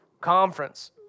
conference